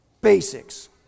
basics